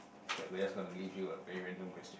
okay we're just going to give you a very random question